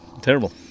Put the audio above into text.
terrible